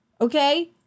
Okay